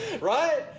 Right